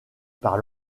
par